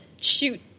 shoot